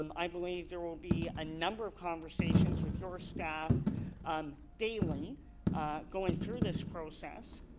um i believe there will be a number of conversations with your ah staff um daily going through this process